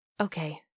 Okay